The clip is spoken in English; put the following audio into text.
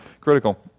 critical